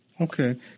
Okay